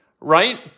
right